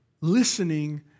listening